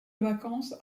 vacances